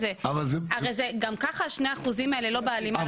הרי גם ככה 2 האחוזים האלה לא בהלימה.